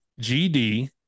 GD